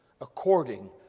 according